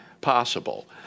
possible